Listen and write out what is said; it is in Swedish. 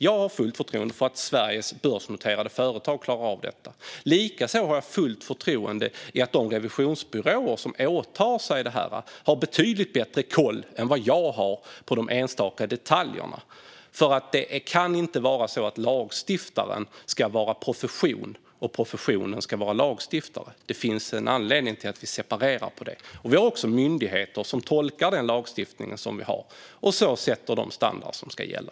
Jag har fullt förtroende för att Sveriges börsnoterade företag klarar av detta. Likaså har jag fullt förtroende för att de revisionsbyråer som åtar sig dessa uppdrag har betydligt bättre koll än vad jag har på de enstaka detaljerna. Det kan inte vara så att lagstiftaren ska vara profession och professionen ska vara lagstiftare. Det finns en anledning till att vi separerar dem. Det finns också myndigheter som tolkar lagstiftningen och sätter de standarder som ska gälla.